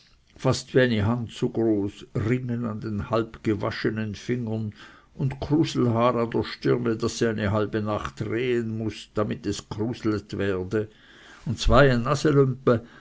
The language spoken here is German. fast wie eine hand so groß ringen an den halbgewaschenen fingern und kruselhaar an der stirne das sie eine halbe nacht drehen muß damit es gchruslet werde und zweien